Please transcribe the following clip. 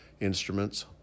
instruments